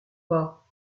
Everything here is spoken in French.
pas